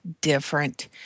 different